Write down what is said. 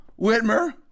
Whitmer